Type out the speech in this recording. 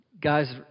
guys